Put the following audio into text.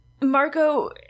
Marco